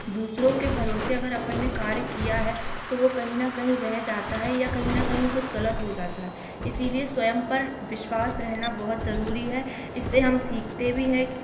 दूसरों के भरोसे अगर अपन ने कार्य किया है तो वो कहीं न कहीं रह जाता है या कहीं न कहीं कुछ गलत हो जाता है इसीलिए स्वयं पर विश्वास रहना बहुत जरूरी है इससे हम सीखते भी हैं कि